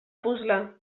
puzle